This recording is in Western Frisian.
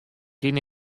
kin